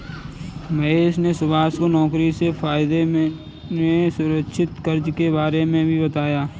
महेश ने सुभाष को नौकरी से फायदे में असुरक्षित कर्ज के बारे में भी बताया